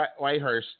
Whitehurst